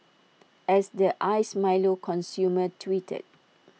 as the iced milo consumer tweeted